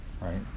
right